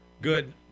good